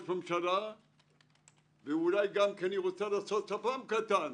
הממשלה ואולי גם היא רוצה לעשות שפם קטן.